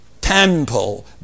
temple